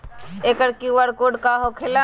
एकर QR code का होकेला?